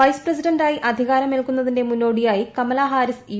vice പ്രസിഡന്റായി അധികാരമേൽക്കു ന്നതിന്റെ മുന്നോടിയായി കമല ഹാരിസ് യു